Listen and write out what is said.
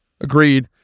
Agreed